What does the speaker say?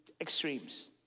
extremes